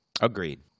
Agreed